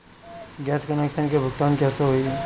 Gas connection के भुगतान कैसे होइ?